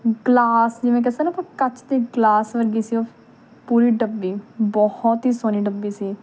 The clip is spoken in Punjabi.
ਗਲਾਸ ਜਿਵੇਂ ਕਹਿ ਸਕਦੇ ਨਾ ਆਪਾਂ ਕੱਚ ਦੇ ਗਲਾਸ ਵਰਗੀ ਸੀ ਉਹ ਪੂਰੀ ਡੱਬੀ ਬਹੁਤ ਹੀ ਸੋਹਣੀ ਡੱਬੀ ਸੀ